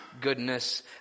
goodness